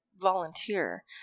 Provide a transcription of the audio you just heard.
volunteer